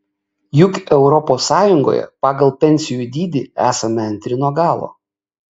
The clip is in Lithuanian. juk europos sąjungoje pagal pensijų dydį esame antri nuo galo